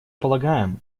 полагаем